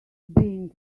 being